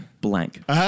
blank